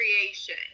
creation